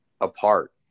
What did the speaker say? apart